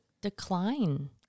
decline